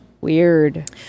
weird